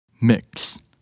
mix